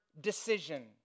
decision